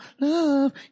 love